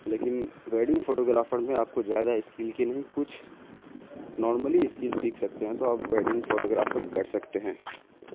لیکن wedding photographer میں آپ کو زیادہ اسکل کی نہیں کچھ نارملی اسکل سیکھ سکتے ہیں تو آپ ویڈنگ فوٹوگرافر کر سکتے ہیں